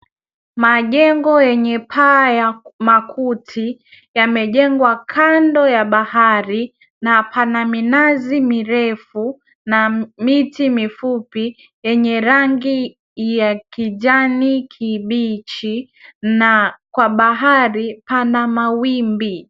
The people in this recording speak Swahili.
Majengo yenye paa ya makuti yamejengwa kando ya bahari na pana minazi mirefu na miti mifupi yenye rangi ya kijani kibichi na kwa bahari pana mawimbi.